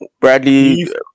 Bradley